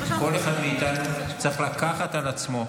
כל אחד מאיתנו צריך לקחת על עצמו,